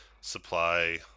supply